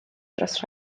dros